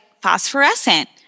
phosphorescent